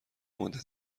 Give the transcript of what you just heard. مدت